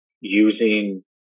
using